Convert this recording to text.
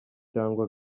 cyangwa